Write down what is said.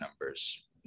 numbers